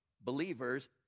believers